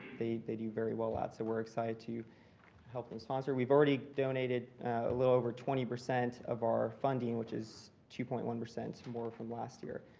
they they do very well at. so we're excited to help them sponsor. we've already donated a little over twenty percent of our funding, which is two point one more from last year.